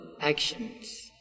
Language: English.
actions